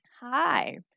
Hi